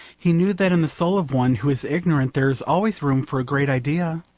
he knew that in the soul of one who is ignorant there is always room for a great idea.